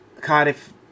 Cardiff